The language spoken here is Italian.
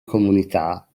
comunità